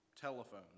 telephone